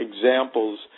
examples